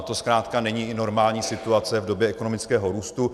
To zkrátka není normální situace v době ekonomického růstu.